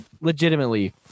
legitimately